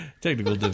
Technical